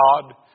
God